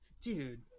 dude